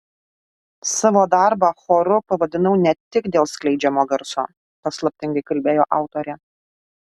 savo darbą choru pavadinau ne tik dėl skleidžiamo garso paslaptingai kalbėjo autorė